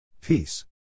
Peace